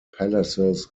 palaces